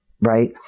right